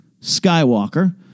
Skywalker